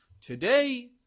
Today